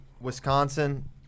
Wisconsin